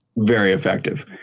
very effective.